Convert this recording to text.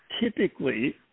typically